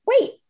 Wait